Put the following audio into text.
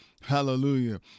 Hallelujah